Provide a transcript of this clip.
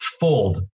Fold